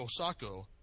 Osako